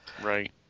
right